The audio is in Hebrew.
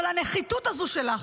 אבל הנחיתות הזאת שלך,